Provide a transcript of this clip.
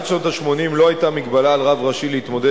עד שנות ה-80 לא היתה מגבלה על רב ראשי להתמודד